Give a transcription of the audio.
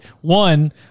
one